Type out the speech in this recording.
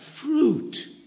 fruit